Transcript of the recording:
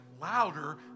louder